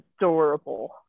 adorable